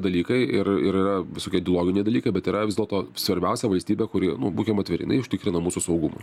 dalykai ir ir yra visokie ideologiniai dalykai bet yra vis dėlto svarbiausia valstybė kuri nu būkim atviri jinai užtikrina mūsų saugumą